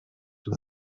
with